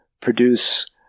produce